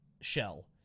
shell